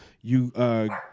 You-